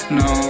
no